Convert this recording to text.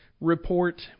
report